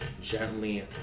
gently